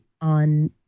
on